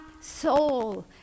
soul